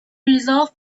resolved